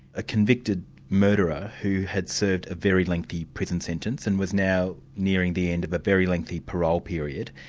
a convicted murderer who had served a very lengthy prison sentence and was now nearing the end of a very lengthy parole period.